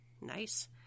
nice